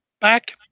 back